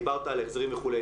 דיברת על החזרים וכו'.